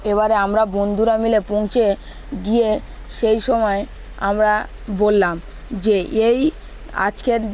এবারে আমরা বন্ধুরা মিলে পৌঁছে গিয়ে সেই সময় আমরা বললাম যে এই আজকের